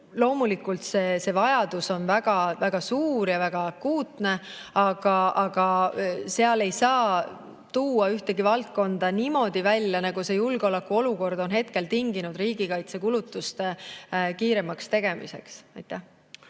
loomulikult see vajadus on väga suur ja väga akuutne, aga ei saa tuua ühtegi valdkonda niimoodi välja, nagu see julgeolekuolukord, mis on hetkel tinginud riigikaitsekulutuste kiirema tegemise. Mihhail